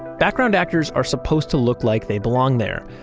background actors are supposed to look like they belong there,